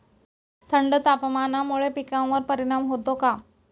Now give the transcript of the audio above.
थंड तापमानामुळे पिकांवर परिणाम होतो का?